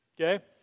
okay